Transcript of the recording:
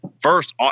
first